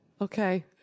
okay